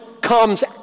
comes